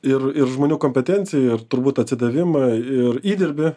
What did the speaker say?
ir ir žmonių kompetencija ir turbūt atsidavimą ir įdirbį